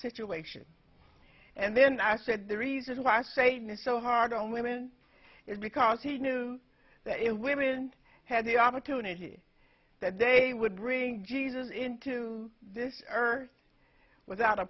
situation and then i said the reason why satan is so hard on women is because he knew that it women had the opportunity that they would bring jesus into this earth without a